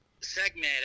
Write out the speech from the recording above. segment